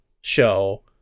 show